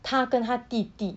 他跟他弟弟